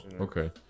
okay